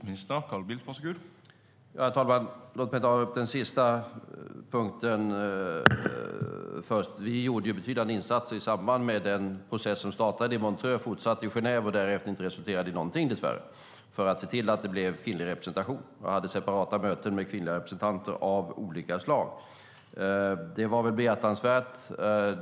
Herr talman! Låt mig börja med den sista punkten. Vi gjorde betydande insatser i samband med den process som startade i Montreux, fortsatte i Genève och därefter dess värre inte resulterade i någonting. Vi gjorde det just för att se till att det blev kvinnlig representation. Jag hade separata möten med kvinnliga representanter av olika slag. Det var behjärtansvärt.